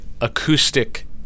acoustic